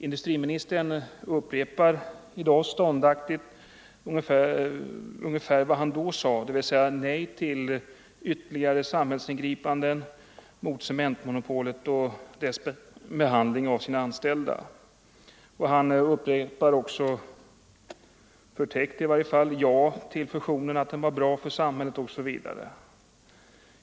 Industriministern upprepar i dag ståndaktigt ungefär vad han då sade, dvs. nej till ytterligare samhällsingripanden mot cementmonopolet och dess behandling av de anställda. Industriministern upprepar också, förtäckt i 143 varje fall: Ja till fusionen, den var bra för samhället, osv.